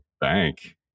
bank